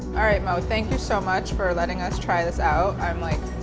alright moul, thank you so much for letting us try this out i um like,